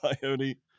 Coyote